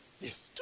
yes